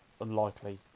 unlikely